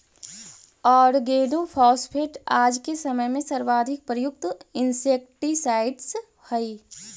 organophosphate आज के समय में सर्वाधिक प्रयुक्त इंसेक्टिसाइट्स् हई